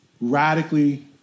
radically